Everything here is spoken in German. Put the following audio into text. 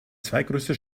zweitgrößte